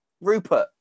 Rupert